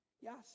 Yes